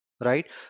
right